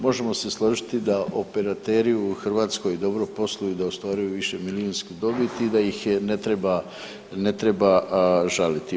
Možemo se složiti da operateri u Hrvatskoj dobro posluju, da ostvaruju višemilijunsku dobit i da ih ne treba žaliti.